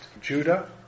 Judah